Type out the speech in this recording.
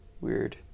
Weird